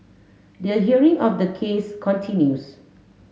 the hearing for the case continues